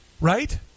right